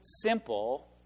Simple